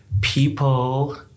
people